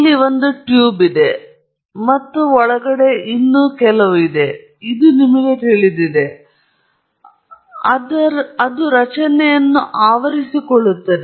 ಇಲ್ಲಿ ಒಂದು ಟ್ಯೂಬ್ ಇದೆ ಎಂದು ನಾವು ಹೇಳೋಣ ಮತ್ತು ಇದು ಕೆಲವು ಒಳಗಡೆ ಇದೆ ನಿಮಗೆ ತಿಳಿದಿದೆ ಅದು ರಚನೆಯು ಆವರಿಸಿಕೊಳ್ಳುತ್ತದೆ